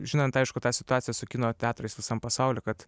žinant aišku tą situaciją su kino teatrais visam pasauly kad